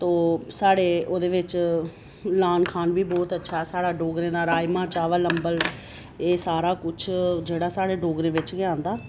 तो साढ़े ओह्दे बिच्च लान खान बी बोह्त अच्छा ऐ साढ़ा डोगरें दा राजमां चावल अम्बल एह् सारा कुछ जेह्ड़ा साढ़े डोगरें बिच्च गै आंदा